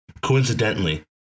Coincidentally